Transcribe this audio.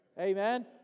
Amen